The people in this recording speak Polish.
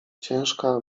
ciężka